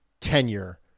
tenure